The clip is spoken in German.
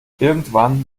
irgendwann